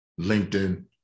LinkedIn